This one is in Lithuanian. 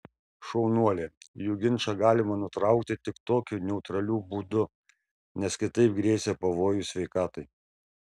šaunuolė jų ginčą galima nutraukti tik tokiu neutraliu būdu nes kitaip grėsė pavojus sveikatai